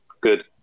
Good